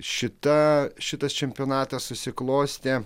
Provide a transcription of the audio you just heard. šita šitas čempionatas susiklostė